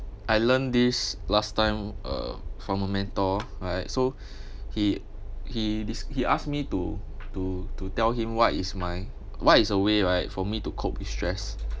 I learned this last time uh from a mentor right so he he dis~ he asked me to to to tell him what is my what is a way right for me to cope with stress